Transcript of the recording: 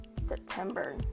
September